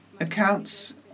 accounts